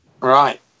Right